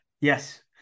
Yes